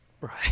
Right